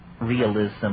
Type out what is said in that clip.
realism